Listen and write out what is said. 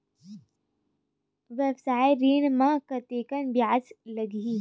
व्यवसाय ऋण म कतेकन ब्याज लगही?